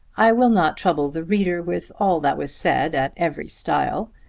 i will not trouble the reader with all that was said at every stile.